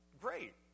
great